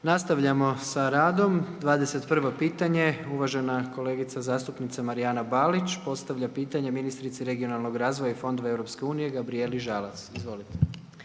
Nastavljamo sa radom, 21. pitanje, uvažena kolega zastupnica Marijana Balić, postavlja pitanje ministrici regionalnog razvoja i fondova EU-a Gabrijeli žalac. Izvolite.